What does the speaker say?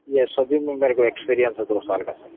یہ سبھی میں میرے کو ایکسپیرئنس ہے دو سال کا سر